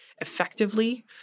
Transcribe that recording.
effectively